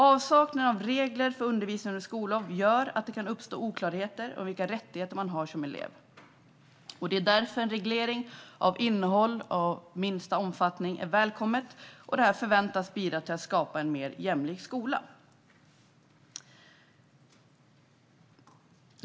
Avsaknad av regler för undervisning under skollov gör att det kan uppstå oklarheter om vilka rättigheter man har som elev. Det är därför som en reglering av innehåll och minsta omfattning är välkommet. Detta förväntas bidra till att skapa en mer jämlik skola.